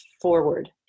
forward